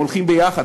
הם הולכים ביחד.